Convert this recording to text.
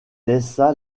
laissa